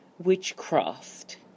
witchcraft